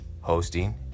hosting